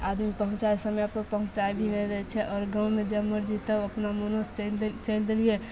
आदमी पहुँचैके समयपर पहुँचै भी नहि रहैत छै आओर गाँवमे जब मर्जी तब अपना मनोसे चलि चलि देलियै